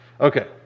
Okay